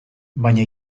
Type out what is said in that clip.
baina